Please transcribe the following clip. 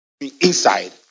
inside